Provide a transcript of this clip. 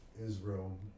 Israel